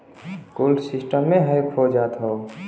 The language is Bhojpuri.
कुल सिस्टमे हैक हो जात हौ